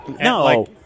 No